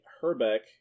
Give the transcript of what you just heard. Herbeck